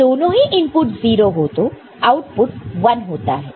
जब दोनों ही इनपुट 0 हो तो आउटपुट 1 होता है